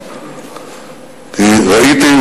וראיתי,